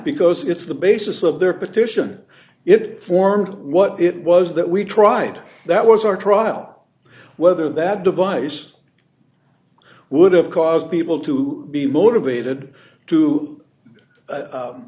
because it's the basis of their petition it formed what it was that we tried that was our trial whether that device would have caused people to be motivated to